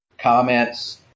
comments